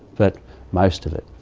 but most of it.